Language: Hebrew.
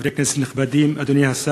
חברי כנסת נכבדים, אדוני השר,